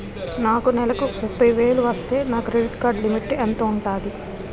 నాకు నెలకు ముప్పై వేలు వస్తే నా క్రెడిట్ కార్డ్ లిమిట్ ఎంత ఉంటాది?